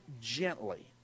gently